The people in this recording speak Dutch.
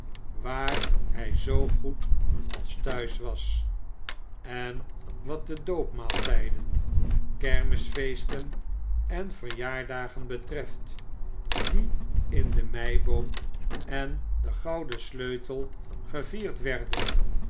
waar hij zoo goed als thuis was en wat de doopmaaltijden kermisfeesten en verjaardagen betreft die in de meiboom en degouden sleutel gevierd werden